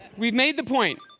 we've made the point.